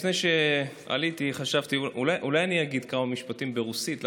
לפני שעליתי חשבתי שאולי אני אגיד כמה משפטים ברוסית,